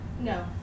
no